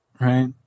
right